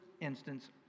instance